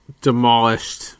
demolished